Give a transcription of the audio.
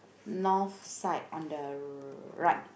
north side on the right